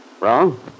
Wrong